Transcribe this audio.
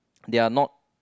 they are not